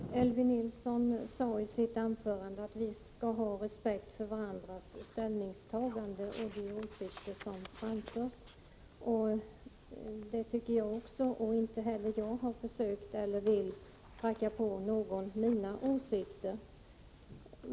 Herr talman! Elvy Nilsson sade i sitt anförande att vi skall ha respekt för varandras ställningstaganden och de åsikter som framförs. Det tycker jag också, och inte heller jag vill pracka på någon mina åsikter.